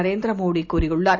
நரேந்திரமோடிகூறியுள்ளார்